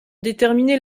déterminer